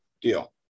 Deal